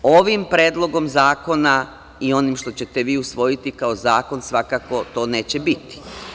Ovim predlogom zakona i onim što ćete vi usvojiti kao zakon, svakako to neće biti.